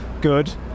Good